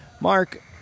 Mark